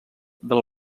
del